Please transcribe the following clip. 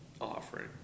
offering